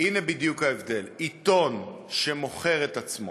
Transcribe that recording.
הנה בדיוק ההבדל: עיתון שמוכר את עצמו